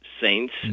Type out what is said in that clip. Saints